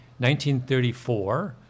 1934